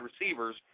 receivers